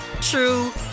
true